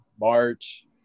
March